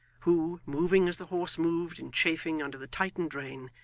who, moving as the horse moved in chafing under the tightened rein,